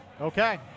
Okay